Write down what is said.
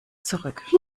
zurück